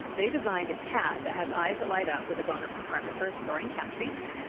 they designed a cat that has eyes that light up with a bonus compartment for storing cat treats.